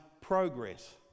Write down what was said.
progress